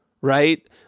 right